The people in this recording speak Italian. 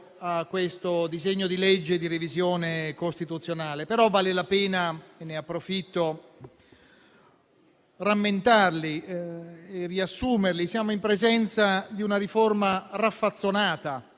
a questo disegno di legge di revisione costituzionale. Però vale la pena - e ne approfitto - rammentarli e riassumerli. Siamo in presenza di una riforma raffazzonata,